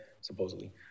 supposedly